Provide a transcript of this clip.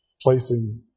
placing